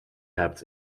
hebt